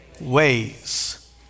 ways